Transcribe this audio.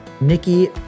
Nikki